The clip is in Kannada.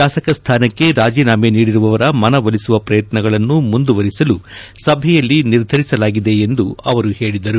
ಶಾಸಕ ಸ್ಟಾನಕ್ಕೆ ರಾಜೀನಾಮೆ ನೀಡಿರುವವರ ಮನವೊಲಿಸುವ ಪ್ರಯತ್ನಗಳನ್ನು ಮುಂದುವರಿಸಲು ಸಭೆಯಲ್ಲಿ ನಿರ್ಧರಿಸಲಾಗಿದೆ ಎಂದು ಅವರು ತಿಳಿಸಿದರು